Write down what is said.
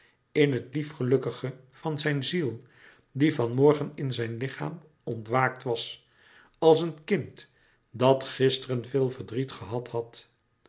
in het lief gelukkige van zijn ziel die van morgen in zijn lichaam ontwaakt was als een kind dat gisteren veel verdriet gehad had